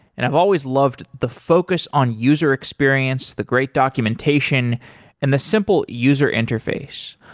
and i've always loved the focus on user experience, the great documentation and the simple user interface.